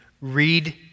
read